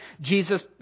Jesus